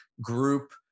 group